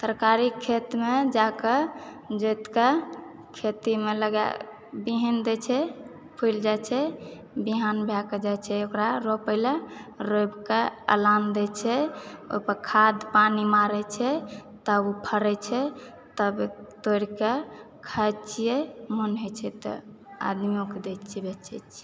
तरकारी खेत मे जाकऽ जोइत कऽ खेती मे लगै बिहीन दय छै फुलि जाइ छै बिहान भय कऽ जाइ छै ओकरा रोपै लऽ रोपि कऽ अलाम दै छै ओहि पर खाद पानि मारै छै तब ओ फड़ै छै तब तोड़ि कऽ खाइ छियै मोन होइ छै तऽ आदमियो के दै छियै बेचै छियै